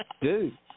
Dude